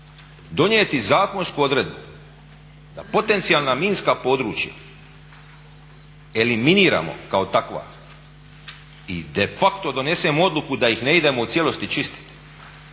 Donijeti zakonsku odredbu da potencijalna minska područja eliminiramo kao takva i defacto donesemo odluku da ih ne idemo u cijelosti čistiti